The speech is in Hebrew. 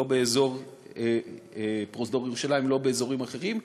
לא באזור פרוזדור ירושלים ולא באזורים אחרים.